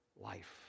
life